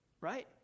Right